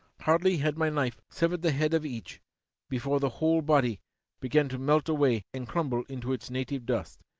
hardly had my knife severed the head of each before the whole body began to melt away and crumble in to its native dust,